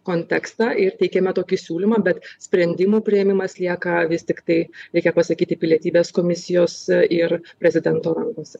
kontekstą ir teikiame tokį siūlymą bet sprendimų priėmimas lieka vis tiktai reikia pasakyti pilietybės komisijos ir prezidento rankose